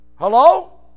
Hello